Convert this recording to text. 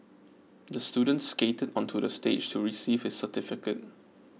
the student skated onto the stage to receive his certificate